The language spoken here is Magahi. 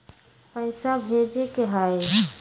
पैसा भेजे के हाइ?